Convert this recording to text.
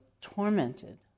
tormented